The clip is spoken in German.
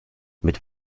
mit